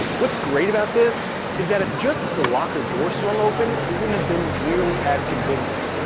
what's great about this is that if just the locker door swung open, it wouldn't have been nearly as convincing,